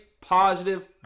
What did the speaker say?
positive